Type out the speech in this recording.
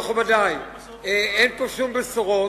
מכובדי, אין פה שום בשורות,